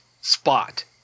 spot